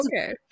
okay